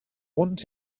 want